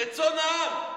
רצון העם?